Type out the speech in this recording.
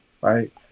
right